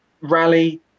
rally